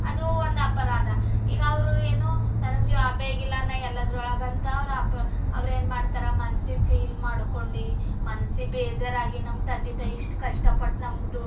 ಅದೂ ಒಂದು ಅಪರಾಧ ಈಗ ಅವರು ಏನೋ ನನಗೆ ಜಾಬೆ ಆಗಿಲ್ಲ ನಾ ಎಲ್ಲದರೊಳಗಂತ ಅವ್ರು ಅಪ ಅವ್ರೇನು ಮಾಡ್ತಾರ ಮನ್ಸಿಗೆ ಫೀಲ್ ಮಾಡ್ಕೊಂಡು ಮನ್ಸಿಗೆ ಬೇಜಾರಾಗಿ ನಮ್ಮ ತಂದೆ ತಾಯಿ ಇಷ್ಟು ಕಷ್ಟಪಟ್ಟು ನಮ್ಗದು